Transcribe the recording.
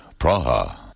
Praha